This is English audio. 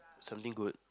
something good